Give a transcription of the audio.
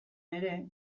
ere